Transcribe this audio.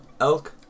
Elk